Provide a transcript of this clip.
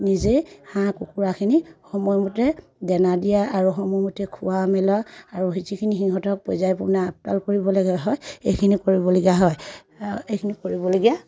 নিজেই হাঁহ কুকুৰাখিনি সময়মতে দানা দিয়া আৰু সময়মতে খোৱা মেলা আৰু যিখিনি সিহঁতৰ পৰ্যায়ক্ৰমে আপদাল কৰিবলগীয়া হয় এইখিনি কৰিবলগীয়া হয় এইখিনি কৰিবলগীয়া